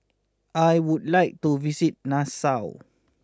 I would like to visit Nassau